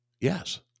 yes